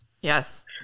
Yes